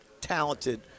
talented